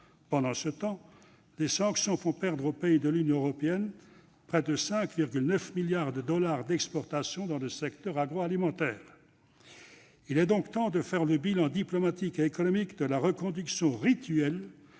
Pendant ce temps, les sanctions font perdre aux pays de l'Union européenne près de 5,9 milliards de dollars d'exportations dans le secteur agroalimentaire. Eh oui ! Il est donc temps de faire le bilan diplomatique et économique de la reconduction rituelle